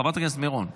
חברת הכנסת מירון.